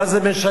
מה זה משנה?